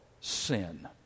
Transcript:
sin